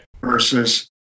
Versus